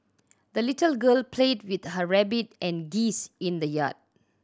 the little girl played with her rabbit and geese in the yard